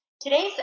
Today's